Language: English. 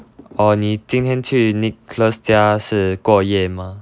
or 你今天去 nicholas 家是过夜的吗